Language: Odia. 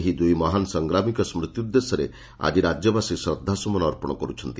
ଏହି ଦୁଇ ମହାନ ସଂଗ୍ରାମୀଙ୍କ ସ୍କୁତି ଉଦ୍ଦେଶ୍ୟରେ ଆଜି ରାଜ୍ୟବାସୀ ଶ୍ରଦ୍ଧାସୁମନ ଅର୍ପଣ କରୁଛନ୍ତି